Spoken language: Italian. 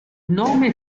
nome